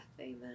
Amen